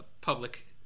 public